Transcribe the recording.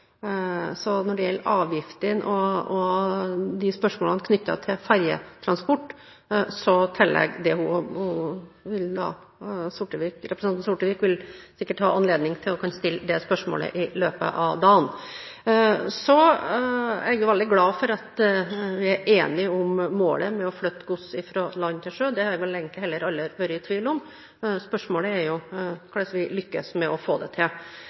Så når det gjelder avgifter og spørsmål knyttet til fergetransport, tilligger det henne. Representanten Sortevik vil sikkert få anledning til å kunne stille det spørsmålet i løpet av dagen. Jeg er veldig glad for at vi er enige om målet om å flytte gods fra land til sjø – det har jeg vel heller aldri egentlig vært i tvil om. Spørsmålet er hvordan vi lykkes med å få det til.